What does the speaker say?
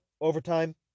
overtime